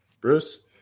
Bruce